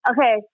Okay